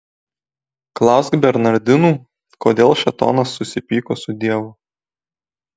klausk bernardinų kodėl šėtonas susipyko su dievu